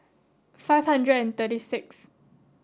five hundred and thirty six